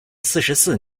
四十四